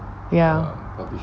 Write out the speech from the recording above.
ya